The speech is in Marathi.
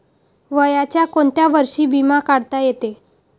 वयाच्या कोंत्या वर्षी बिमा काढता येते?